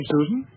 Susan